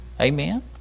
Amen